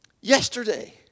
yesterday